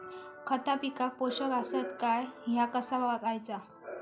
खता पिकाक पोषक आसत काय ह्या कसा बगायचा?